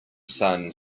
sun